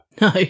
No